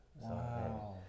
Wow